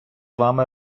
вами